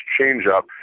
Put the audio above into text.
change-up